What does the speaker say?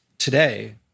today